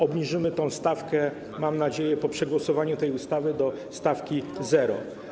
Obniżymy tę stawkę, mam nadzieję, po przegłosowaniu tej ustawy do stawki 0.